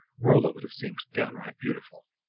rolla would have seemed downright beautiful.